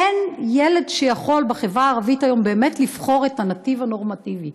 אין ילד בחברה הערבית שיכול היום באמת לבחור את הנתיב הנורמטיבי,